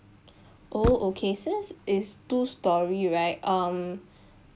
oh okay since it is two storey right um